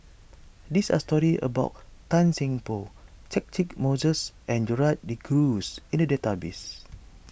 these are stories about Tan Seng Poh Catchick Moses and Gerald De Cruz in the database